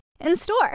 In-store